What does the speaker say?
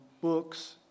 books